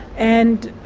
and